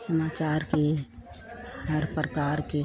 समाचार के हर प्रकार के